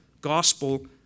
gospel